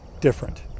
different